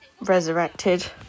resurrected